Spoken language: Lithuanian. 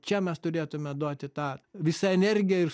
čia mes turėtume duoti tą visą energiją ir